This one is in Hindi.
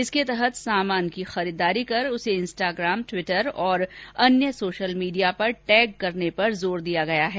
इसके तहत सामान की खरीदारी कर उसे इंस्टाग्राम ट्विटर और अन्य सोशल मीडिया पर टैग करने पर जोर दिया गया है